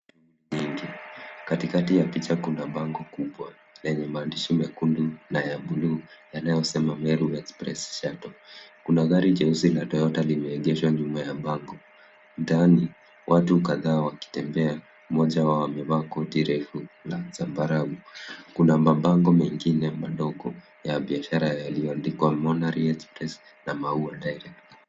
Katikati ya picha kuna bango kubwa lenye maandishi mekundu na ya bluu yanayo sema Meru express shuttle. Kuna gari jeusi la Toyota lime egeshwa nyuma ya bango ndani watu kadhaa wakitembea, moja wao amevaa koti refu la zambarau. Kuna mabango mengine madogo ya biashara yaliyoandikwa Monary express na Maua direct .